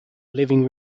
living